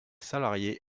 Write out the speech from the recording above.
salarié